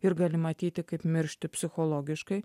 ir gali matyti kaip miršti psichologiškai